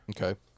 Okay